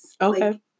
okay